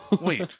wait